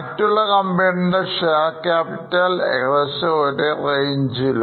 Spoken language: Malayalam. മറ്റുള്ള കമ്പനികളുടെ ഷെയർ ക്യാപിറ്റൽ ഏകദേശം ഒരേ Range ൽ